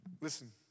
Listen